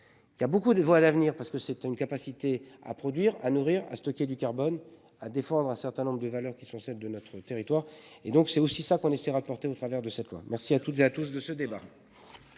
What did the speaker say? Il y a beaucoup de voix à l'avenir parce que c'était une capacité à produire à nourrir à stocker du carbone à défendre un certain nombre de valeurs qui sont celles de notre territoire et donc c'est aussi ça qu'on essaiera au travers de cette loi. Merci à toutes et à tous de ce débat.